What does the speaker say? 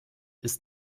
ist